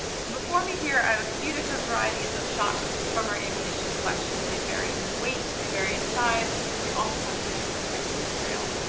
so before me here i have a few different varieties of shot from our ammunition collection, they vary in weight, they vary in size, and we also have two different types of material.